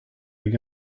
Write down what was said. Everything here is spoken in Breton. hag